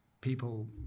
people